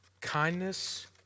kindness